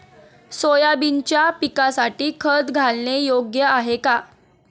सोयाबीनच्या पिकासाठी खत घालणे योग्य आहे का?